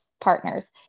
partners